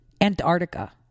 Antarctica